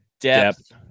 depth